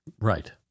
Right